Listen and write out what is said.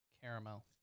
caramel